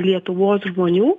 lietuvos žmonių